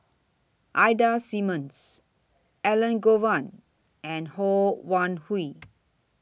Ida Simmons Elangovan and Ho Wan Hui